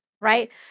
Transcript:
right